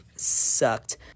Sucked